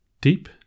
Deep